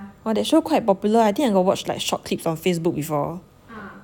oh that show quite popular I think I got watch like short clips on Facebook before